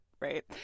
right